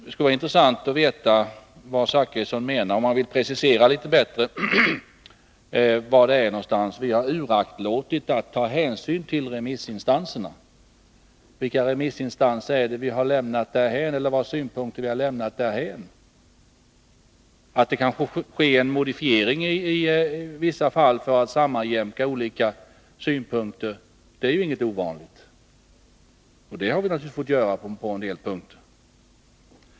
Det vore intressant om Bertil Zachrisson litet bättre ville precisera på vilka punkter vi har underlåtit att ta hänsyn till remissinstanserna. Vilka remissinstansers synpunkter är det vi har lämnat därhän? Att det kan ske en modifiering i vissa fall för att sammanjämka olika ståndpunkter är ju ingenting ovanligt. Det har vi naturligtvis fått göra på en del punkter.